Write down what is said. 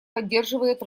поддерживает